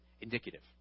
Indicative